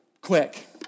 Quick